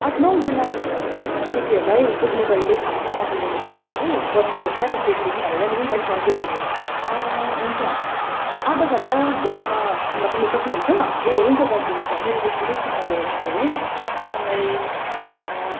आठ नौजना केटीहरूलाई पुग्ने गरेर खानाको अर्डर गर्नु थियो कि आज बर्थ डे को सानो ट्रिट दिऊँ भनेर नि ए हजुर हजुर हुन्छ आधा घण्टा भित्रमा खाना दिनु सक्नु हुन्छ ए हुन्छ दाजु हुन्छ मेरो लेखिदिनु होस् न अर्डर उसो भए मलाई